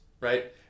right